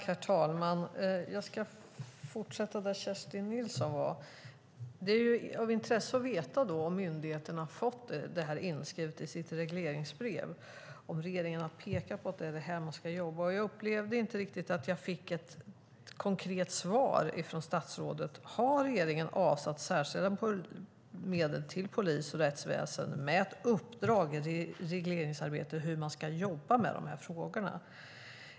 Herr talman! Jag ska fortsätta där Kerstin Nilsson var. Det är av intresse att veta om myndigheterna har fått det här inskrivet i sitt regleringsbrev, om regeringen har pekat på att det är det här man ska jobba med. Jag upplevde inte riktigt att jag fick ett konkret svar från statsrådet. Har regeringen avsatt särskilda medel till polis och rättsväsen? Finns det ett uppdrag i regleringsbrevet om hur man ska jobba med de här frågorna?